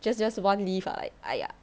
just just one lift ah like !aiya!